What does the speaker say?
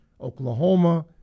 Oklahoma